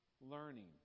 learning